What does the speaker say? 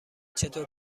چطور